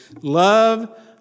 Love